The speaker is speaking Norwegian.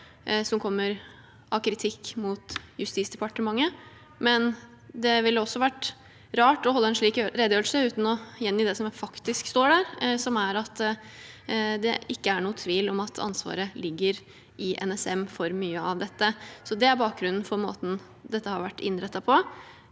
som kommer av kritikk mot Justisdepartementet, men det ville også ha vært rart å holde en slik redegjørelse uten å gjengi det som faktisk står der, som er at det ikke er noen tvil om at ansvaret for mye av dette ligger hos NSM. Det er bakgrunnen for måten dette har vært innrettet på.